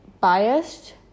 biased